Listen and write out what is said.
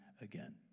again